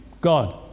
God